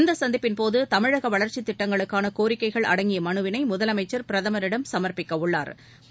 இந்தச் சந்திப்பின்போது தமிழக வளர்ச்சித் திட்டங்களுக்கான கோரிக்கைகள் அடங்கிய மனுவினை முதலமைச்சா் பிரதமரிடம் சமா்ப்பிக்க உள்ளாா்